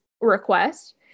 request